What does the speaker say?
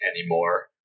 anymore